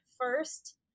first